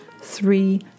three